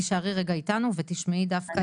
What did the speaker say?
תישארי רגע איתנו ותשמעי דווקא אנשים ונקודות מבט.